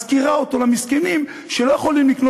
משכירה אותן למסכנים שלא יכולים לקנות